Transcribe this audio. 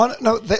No